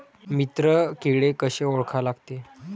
मित्र किडे कशे ओळखा लागते?